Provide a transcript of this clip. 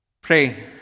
Pray